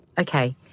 Okay